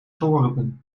geworpen